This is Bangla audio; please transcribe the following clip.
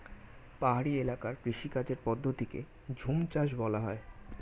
পাহাড়ি এলাকার কৃষিকাজের পদ্ধতিকে ঝুমচাষ বলা হয়